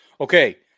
Okay